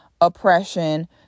oppression